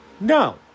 No